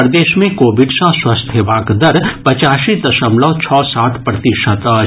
प्रदेश मे कोविड सँ स्वस्थ हेबाक दर पचासी दशमलव छओ सात प्रतिशत अछि